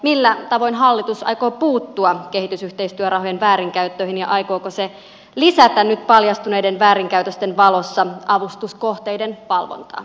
millä tavoin hallitus aikoo puuttua kehitysyhteistyörahojen väärinkäyttöihin ja aikooko se lisätä nyt paljastuneiden väärinkäytösten valossa avustuskohteiden valvontaa